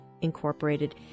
Incorporated